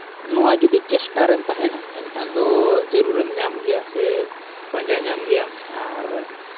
ᱱᱚᱣᱟ ᱡᱩᱫᱤ ᱪᱮᱥᱴᱟ ᱨᱮᱢ ᱛᱟᱦᱮᱱᱟ ᱮᱱᱠᱷᱟᱱ ᱫᱚ ᱡᱟᱹᱨᱩᱲᱮᱢ ᱧᱟᱢ ᱜᱮᱭᱟ ᱥᱮ ᱯᱟᱸᱡᱟ ᱧᱟᱢ ᱜᱮᱭᱟᱢ ᱟᱨ